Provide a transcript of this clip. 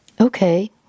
okay